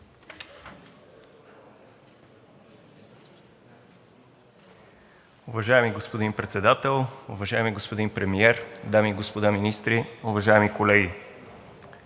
Уважаеми господин Председател, уважаеми господин Премиер, дами и господа министри, уважаеми колеги!